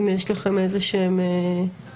אם יש לכם איזשהן הערות.